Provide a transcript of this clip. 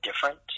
different